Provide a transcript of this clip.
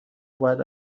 باید